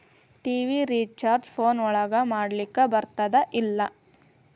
TV recharge phone ಒಳಗ ಮಾಡ್ಲಿಕ್ ಬರ್ತಾದ ಏನ್ ಇಲ್ಲ?